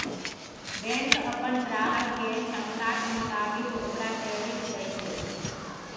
bank अप्पन ग्राहक केर क्षमताक मोताबिक ओकरा क्रेडिट दय छै